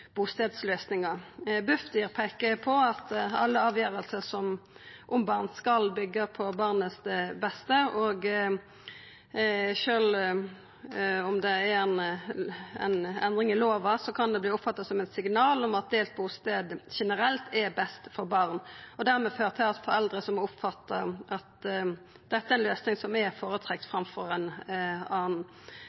Bufdir peikar på at alle avgjerder om barn skal byggja på det som er det beste for barnet. Sjølv om det er ei endring i lova, kan det verta oppfatta som eit signal om at delt bustad generelt er best for barn, og dermed føra til at foreldre oppfattar at dette er ei løysing som er føretrekt framfor